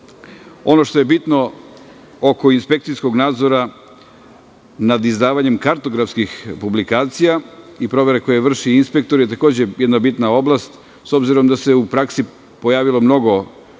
što je bitno oko inspekcijskog nadzora nad izdavanjem kartografskih publikacija i provere koje vrše inspektori je takođe jedna bitna oblast, s obzirom da se u praksi pojavilo mnogo netačnih